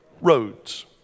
roads